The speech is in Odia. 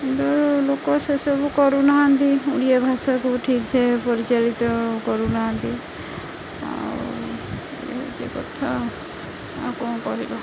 କିନ୍ତୁ ଲୋକ ସେସବୁ କରୁନାହାନ୍ତି ଓଡ଼ିଆ ଭାଷାକୁ ଠିକ୍ସେ ପରିଚାଳିତ କରୁନାହାନ୍ତି ଆଉ ଏ ହଉଛି କଥା ଆଉ କଣ କରିବ